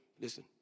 listen